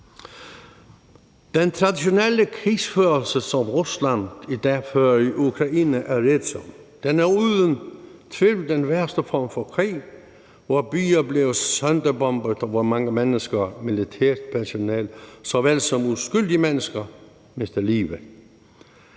Den traditionelle krigsførelse, som Rusland i dag fører i Ukraine, er rædsom, den er uden tvivl den værste form for krig, hvor byer bliver sønderbombet, og hvor mange mennesker, militært personel såvel som uskyldige mennesker, mister livet.